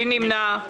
מי נמנע?